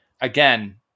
again